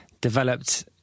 developed